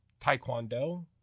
taekwondo